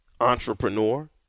entrepreneur